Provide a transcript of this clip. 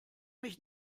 mich